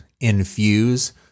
infuse